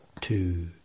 Two